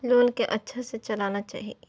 Loan के अच्छा से चलाना चाहि?